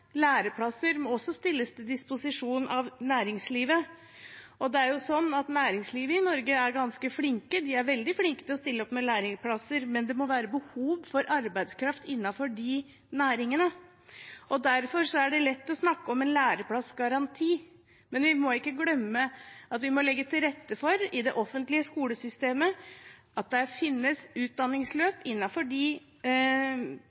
veldig flinke til å stille opp med læreplasser, men det må være behov for arbeidskraft innenfor de næringene. Derfor er det lett å snakke om en læreplassgaranti, men vi må ikke glemme at vi i det offentlige skolesystemet må legge til rette for at det finnes utdanningsløp innenfor de retningene der næringslivet har behov for arbeidskraft, for der finnes